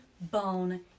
bone